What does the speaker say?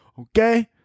Okay